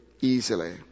easily